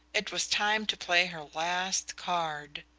it was time to play her last card.